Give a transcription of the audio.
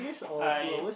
I